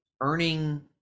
earning